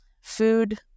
food